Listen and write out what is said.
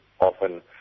often